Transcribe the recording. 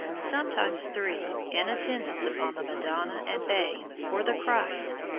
sometimes three, in attendance upon the madonna and babe, or the christ.